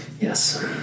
yes